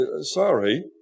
sorry